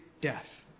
death